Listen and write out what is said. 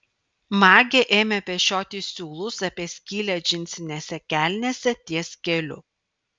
magė ėmė pešioti siūlus apie skylę džinsinėse kelnėse ties keliu